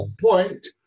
point